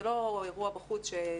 זה לא אירוע בחוץ שנגמר,